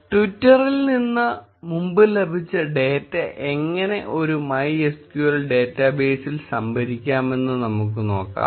ട്വിറ്ററിൽ നിന്ന് മുമ്പ് ലഭിച്ച ഡാറ്റ എങ്ങനെ ഒരു MySQL ഡേറ്റബേസിൽ സംഭരിക്കാമെന്ന് നമുക്ക് നോക്കാം